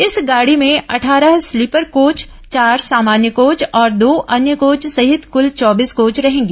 इस गाड़ी में अट्ठारह स्लीपर कोच चार सामान्य कोच और दो अन्य कोच सहित कुल चौबीस कोच रहेंगी